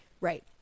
right